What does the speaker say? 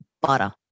butter